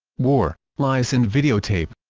war, lies and videotape